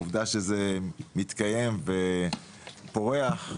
עובדה שזה מתקיים ופורח,